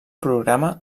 programa